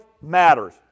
matters